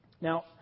Now